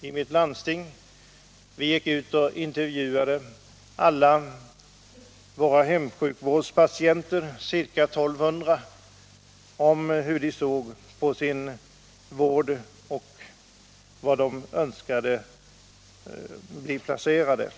i mitt landsting, där vi intervjuade alla våra ca 1 200 hemsjukvårdspatienter om hur de såg på sin vård och var de önskade bli placerade.